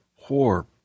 poor